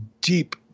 deep